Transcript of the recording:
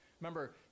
Remember